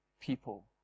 people